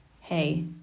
hey